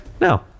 No